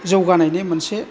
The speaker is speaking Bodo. जौगानायनि मोनसे